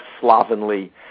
slovenly